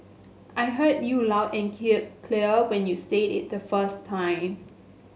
I heard you loud and clear when you said it the first time